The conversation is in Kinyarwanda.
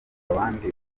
abandi